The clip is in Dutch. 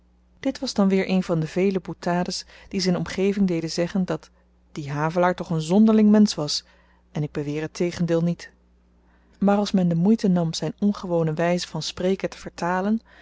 dit was dan weer een van de vele boutades die zyn omgeving deden zeggen dat die havelaar toch een zonderling mensch was en ik beweer het tegendeel niet maar als men de moeite nam zyn ongewone wyze van spreken te vertalen